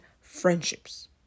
friendships